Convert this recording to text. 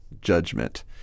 judgment